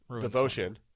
Devotion